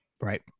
Right